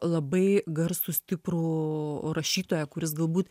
labai garsų stiprų rašytoją kuris galbūt